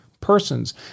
Persons